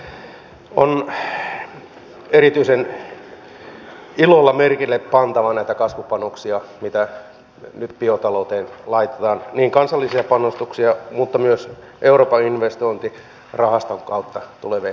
on erityisen ilolla pantava merkille näitä kasvupanoksia mitä nyt biotalouteen laitetaan niin kansallisia panostuksia kuin myös euroopan investointirahaston kautta tulevia panostuksia